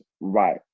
right